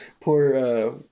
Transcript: Poor